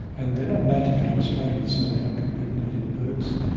and they are not native to australia, so they out-compete native birds.